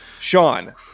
Sean